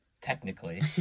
Technically